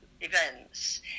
events